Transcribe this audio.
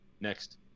next